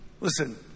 Listen